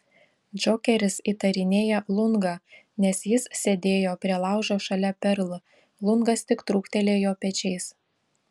džokeris įtarinėja lungą nes jis sėdėjo prie laužo šalia perl lungas tik trūktelėjo pečiais